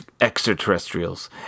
extraterrestrials